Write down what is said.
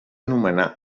nomenar